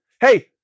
Hey